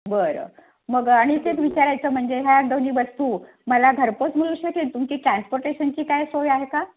बरं मग आणि तेच विचारायचं म्हणजे ह्या दोन्ही वस्तू मला घरपोच मिळू शकेल तुमची ट्रान्सपोर्टेशनची काय सोय आहे का